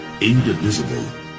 indivisible